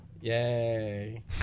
Yay